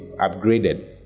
upgraded